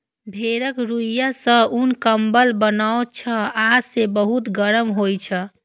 भेड़क रुइंया सं उन, कंबल बनै छै आ से बहुत गरम होइ छै